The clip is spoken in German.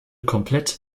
komplett